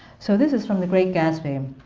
so this is from the great gatsby.